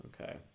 okay